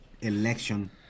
election